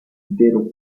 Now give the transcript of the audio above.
intero